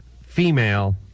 female